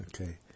Okay